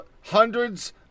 hundreds